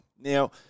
Now